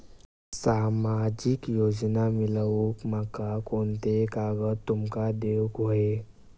सामाजिक योजना मिलवूक माका कोनते कागद तुमका देऊक व्हये?